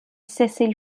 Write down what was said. cessez